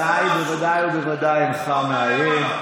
עליי בוודאי ובוודאי אינך מאיים.